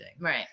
Right